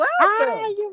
Welcome